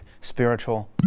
spiritual